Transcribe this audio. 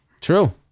True